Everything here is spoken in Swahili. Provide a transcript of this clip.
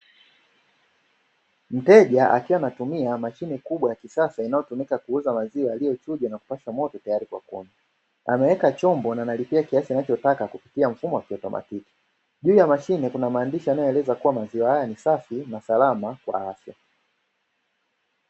Mteja akiwa anatumia mashine kubwa ya kisasa, inayotumika kuuza maziwa yaliyochujwa na kupashwa moto tayari kwa kunywa. Ameweka chombo na analipia kiasi anachotaka kupitia mfumo wa kiautomatiki. Juu ya mashine kuna maandishi yanayoeleza kuwa maziwa haya ni safi na salama kwa afya.